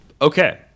Okay